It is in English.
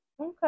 Okay